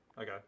Okay